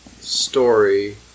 story